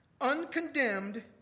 uncondemned